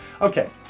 Okay